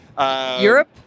Europe